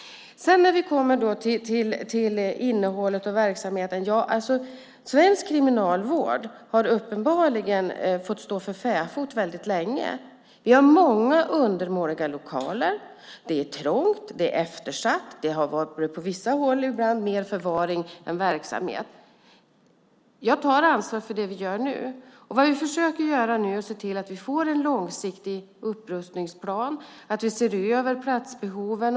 Sedan kommer vi till innehållet och verksamheten. Svensk kriminalvård har uppenbarligen legat för fäfot länge. Vi har många undermåliga lokaler, det är trångt och eftersatt och på vissa håll är det mer förvaring än verksamhet. Jag tar ansvar för det vi gör nu. Vad vi försöker göra nu är att se till att vi får en långsiktig upprustningsplan och se över platsbehoven.